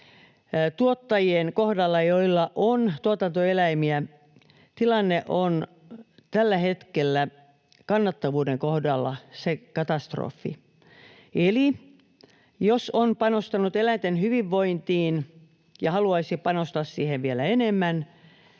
tuottajien kohdalla, joilla on tuotantoeläimiä, tilanne on tällä hetkellä kannattavuuden kohdalla katastrofi, eli jos on panostanut eläinten hyvinvointiin ja haluaisi panostaa siihen vielä enemmän,